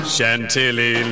Chantilly